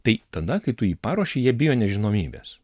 tai tada kai tu jį paruoši jie bijo nežinomybės